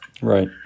Right